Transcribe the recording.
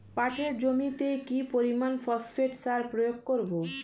পাটের জমিতে কি পরিমান ফসফেট সার প্রয়োগ করব?